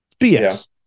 BS